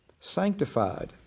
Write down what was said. sanctified